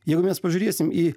jeigu mes pažiūrėsim į